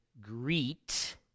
greet